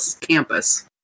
campus